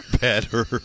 better